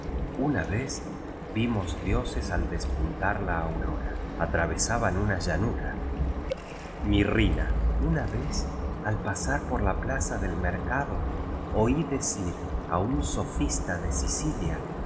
una vez vimos dioses al despuntar la aurora atravesaban una llanura mirrina una vez al pasar por la plaza del mercado oí decir á un sofista de sicilia